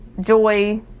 joy